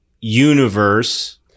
universe